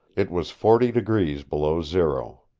it was forty degrees below zero.